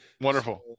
Wonderful